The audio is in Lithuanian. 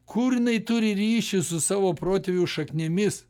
kur jinai turi ryšį su savo protėvių šaknimis